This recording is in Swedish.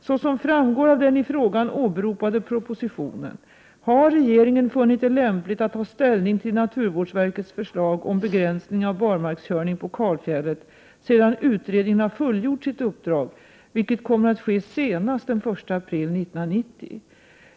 Såsom framgår av den i frågan åberopade propositionen har regeringen funnit det lämpligt att ta ställning till naturvårdsverkets förslag om begränsning av barmarkskörning på kalfjället sedan utredningen har fullgjort sitt uppdrag, vilket kommer att ske senast den 1 april 1990.